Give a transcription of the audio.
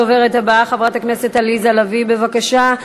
הדוברת הבאה, חברת הכנסת עליזה לביא, בבקשה.